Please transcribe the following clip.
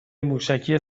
موشکی